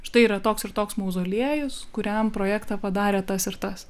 štai yra toks ir toks mauzoliejus kuriam projektą padarė tas ir tas